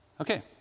Okay